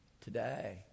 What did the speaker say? today